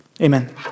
Amen